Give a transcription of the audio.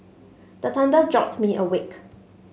the thunder jolt me awake